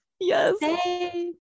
Yes